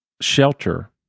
shelter